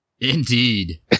Indeed